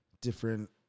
different